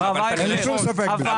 אין לי שום ספק בכך.